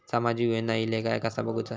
सामाजिक योजना इले काय कसा बघुचा?